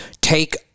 Take